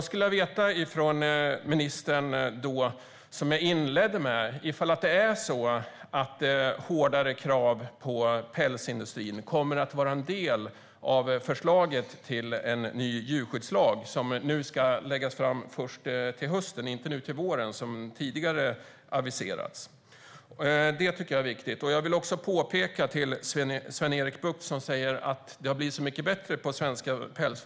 Som jag inledde med skulle jag vilja få veta av ministern om hårdare krav på pälsindustrin kommer att vara en del av förslaget till ny djurskyddslag, som ska läggas fram först till hösten, inte nu till våren som tidigare aviserats. Det tycker jag är viktigt. Sven-Erik Bucht säger att det har blivit mycket bättre på svenska pälsfarmer.